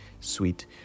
sweet